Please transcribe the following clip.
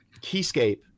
keyscape